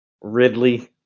Ridley